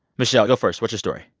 mishel, go first. what's your story?